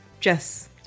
Jess